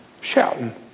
Shouting